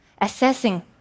assessing